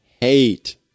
hate